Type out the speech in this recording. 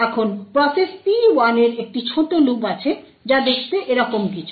এখন process P1 এর একটি ছোট লুপ আছে যা দেখতে এরকম কিছু